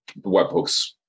webhooks